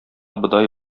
бодай